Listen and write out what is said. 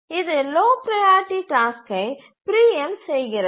இது low priority டாஸ்க்கை preempt செய்கிறது